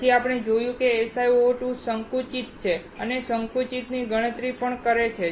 પછી આપણે જોયું કે SiO2 સંકુચિત છે અને સંકુચિતની ગણતરી પણ કરે છે